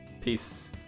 Peace